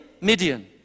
Midian